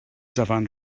dyfan